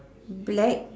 black